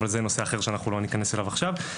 אבל זה נושא אחר שלא ניכנס אליו עכשיו.